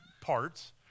parts